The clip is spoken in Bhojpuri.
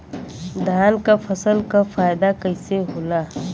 धान क फसल क फायदा कईसे होला?